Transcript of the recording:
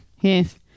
Yes